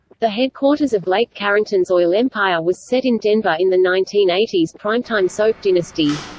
the headquarters of blake carrington's oil empire was set in denver in the nineteen eighty s prime-time soap dynasty.